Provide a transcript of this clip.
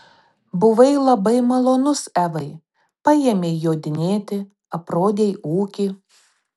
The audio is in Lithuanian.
buvai labai malonus evai paėmei jodinėti aprodei ūkį